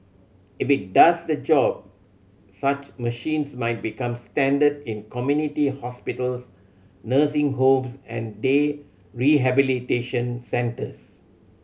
if it does the job such machines might become standard in community hospitals nursing homes and day rehabilitation centres